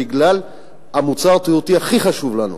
בגלל המוצר התיירותי הכי חשוב לנו,